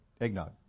eggnog